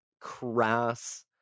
crass